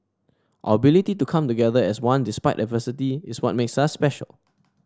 our ability to come together as one despite adversity is what makes us special